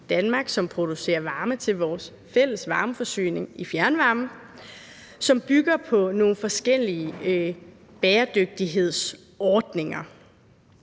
Danmark, som producerer varme til vores fælles varmeforsyning, fjernvarmen, og som bygger på nogle forskellige bæredygtighedsordninger.